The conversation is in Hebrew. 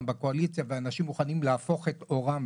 בקואליציה ואנשים מוכנים להפוך את עורם,